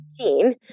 15